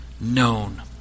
known